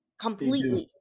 completely